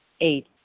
eight